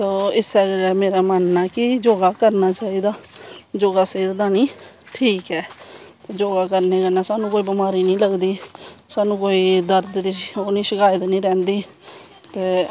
ते इस्सै गल्ला मेरा मन्नना ऐ कि योगा करनां चाही दा योगा सेह्त तांई ठीक ऐ योगा करनें कन्नैं स्हानू कोई बमारी नेंई लगदी स्हानू कोई दर्द दी शकैत नी रैंह्दी ते